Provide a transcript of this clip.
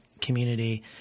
community